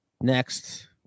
next